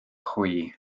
chwi